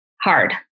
hard